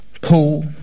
pool